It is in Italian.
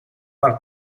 far